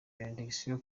benediction